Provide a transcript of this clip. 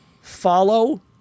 follow